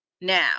Now